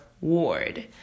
ward